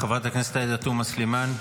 חברת הכנסת תומא סלימאן.